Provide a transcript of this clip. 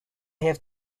have